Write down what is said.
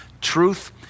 truth